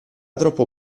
troppo